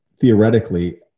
theoretically